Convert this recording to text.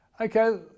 Okay